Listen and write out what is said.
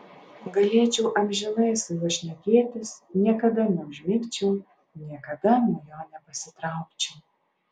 galėčiau amžinai su juo šnekėtis niekada neužmigčiau niekada nuo jo nepasitraukčiau